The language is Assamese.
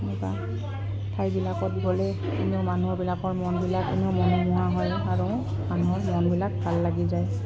এনেকুৱা ঠাইবিলাকত গ'লে কোনেও মানুহবিলাকৰ মনবিলাক কোনেও হয় আৰু মানুহৰ মনবিলাক ভাল লাগি যায়